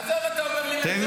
עזוב, אתה אומר לי "ממשלה".